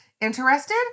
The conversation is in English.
Interested